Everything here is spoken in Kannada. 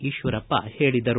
ಈಶ್ವರಪ್ಪ ಹೇಳಿದರು